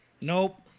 Nope